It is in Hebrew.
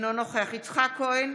אינו נוכח יצחק כהן,